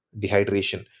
dehydration